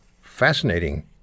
fascinating